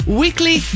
Weekly